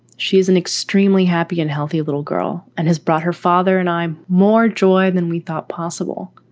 she's an extremely happy and healthy little girl and has brought her father. and i'm more joy than we thought possible.